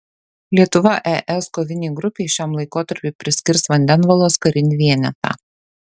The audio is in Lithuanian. lietuva es kovinei grupei šiam laikotarpiui priskirs vandenvalos karinį vienetą